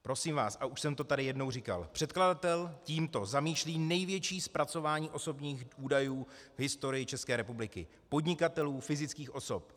Prosím vás, a už jsem to tady jednou říkal, předkladatel tímto zamýšlí největší zpracování osobních údajů v historii České republiky podnikatelů, fyzických osob.